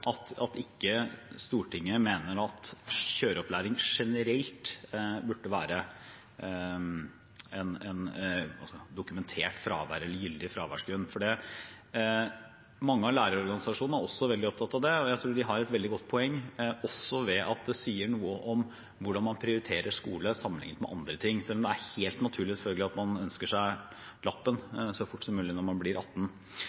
for at ikke Stortinget mener at kjøreopplæring generelt bør være en gyldig fraværsgrunn. Mange av lærerorganisasjonene er også veldig opptatt av det, og jeg tror de har et veldig godt poeng ved at det også sier noe om hvordan man prioriterer skole sammenlignet med andre ting – selv om det selvfølgelig er helt naturlig at man ønsker seg lappen så fort som mulig når man blir 18